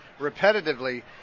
repetitively